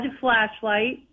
flashlight